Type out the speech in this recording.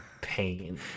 pain